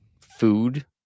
food